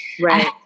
right